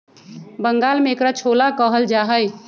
बंगाल में एकरा छोला कहल जाहई